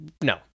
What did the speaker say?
no